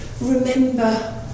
remember